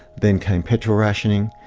then came petrol rationing,